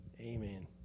Amen